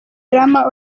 lamar